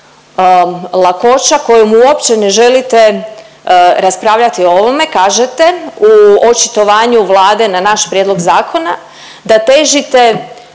lakoća kojom uopće ne želite raspravljati o ovome, kažete u očitovanju Vlade na naš prijedlog zakona da težite